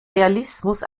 realismus